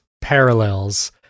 parallels